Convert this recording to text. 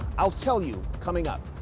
i'll tell you, coming up.